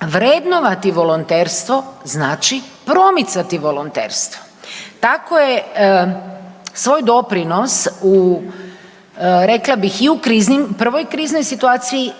vrednovati volonterstvo znači promicati volonterstvo. Tako je svoj doprinos u, rekla bih, i u kriznim, prvoj kriznoj situaciji